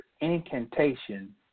incantation